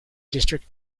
district